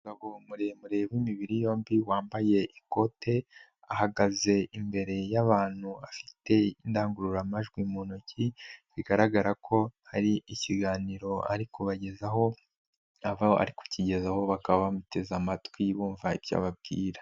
Umugabo muremure w'imibiri yombi wambaye ikote, ahagaze imbere y'abantu afite indangururamajwi mu ntoki bigaragara ko hari ikiganiro ari kubagezaho, abo ari kukigezaho bakaba bamuteze amatwi bumva ibyo ababwira.